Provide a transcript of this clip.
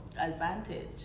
advantage